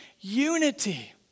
unity